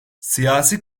siyasi